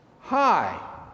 hi